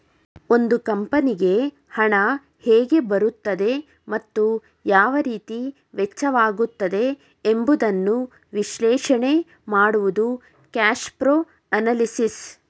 ಒಂದು ಕಂಪನಿಗೆ ಹಣ ಹೇಗೆ ಬರುತ್ತದೆ ಮತ್ತು ಯಾವ ರೀತಿ ವೆಚ್ಚವಾಗುತ್ತದೆ ಎಂಬುದನ್ನು ವಿಶ್ಲೇಷಣೆ ಮಾಡುವುದು ಕ್ಯಾಶ್ಪ್ರೋ ಅನಲಿಸಿಸ್